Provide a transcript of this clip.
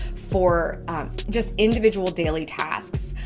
for just individual daily tasks.